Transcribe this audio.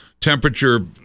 temperature